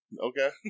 Okay